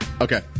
Okay